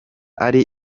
ari